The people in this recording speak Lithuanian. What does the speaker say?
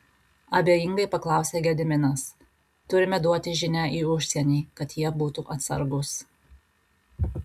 abejingai paklausė gediminas turime duoti žinią į užsienį kad jie būtų atsargūs